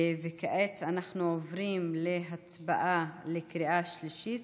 כעת אנחנו עוברים להצבעה על הצעת החוק בקריאה שלישית.